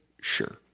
Sure